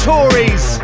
Tories